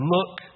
Look